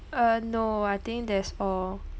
uh no I think that's all